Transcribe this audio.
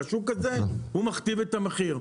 כי השוק הזה מכתיב את המחיר.